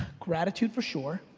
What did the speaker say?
gratitude for sure.